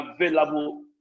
available